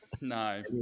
No